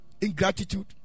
ingratitude